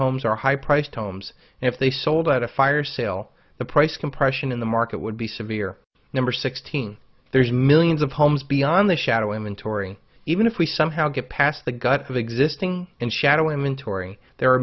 homes are high priced homes and if they sold at a fire sale the price compression in the market would be severe number sixteen there's millions of homes beyond the shadow inventory even if we somehow get past the gut of existing and shadow inventory there are